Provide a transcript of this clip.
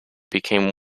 became